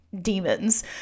demons